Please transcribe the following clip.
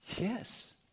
Yes